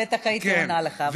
בטח הייתי עונה לך.